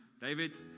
David